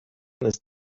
ist